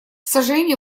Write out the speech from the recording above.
сожалению